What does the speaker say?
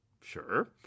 sure